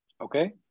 Okay